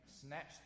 snatched